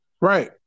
Right